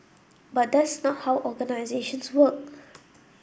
but that's not how organisations work